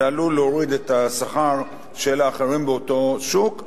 זה עלול להוריד את השכר של האחרים באותו שוק,